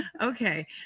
Okay